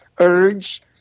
urge